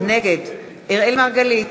נגד אראל מרגלית,